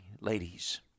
ladies